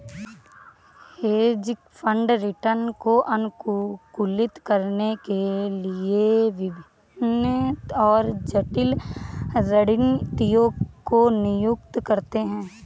hedge fund return को अनुकूलित करने के लिए विभिन्न और जटिल रणनीतियों को नियुक्त करते हैं